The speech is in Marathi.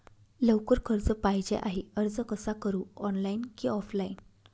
लवकर कर्ज पाहिजे आहे अर्ज कसा करु ऑनलाइन कि ऑफलाइन?